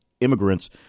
immigrants